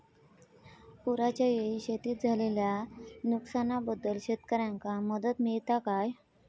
पुराच्यायेळी शेतीत झालेल्या नुकसनाबद्दल शेतकऱ्यांका मदत मिळता काय?